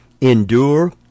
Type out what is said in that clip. endure